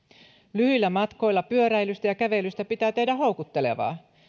lyhyillä matkoilla pyöräilystä ja kävelystä pitää tehdä houkuttelevaa